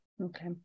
Okay